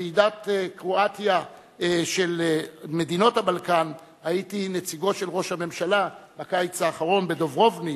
בוועידת קרואטיה של מדינות הבלקן בקיץ האחרון בדוברובניק